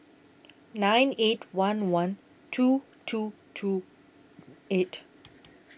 nine eight one one two two two eight